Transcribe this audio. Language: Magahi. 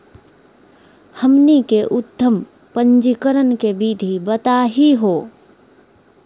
हमनी के उद्यम पंजीकरण के विधि बताही हो?